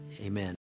amen